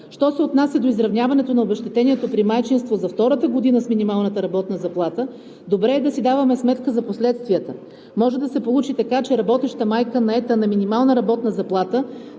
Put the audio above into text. Що се отнася до изравняването на обезщетението при майчинство за втората година с минималната работна заплата, добре е да си даваме сметка за последствията. Може да се получи така, че работеща майка, наета на минимална работна заплата,